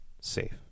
safe